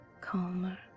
calmer